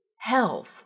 Health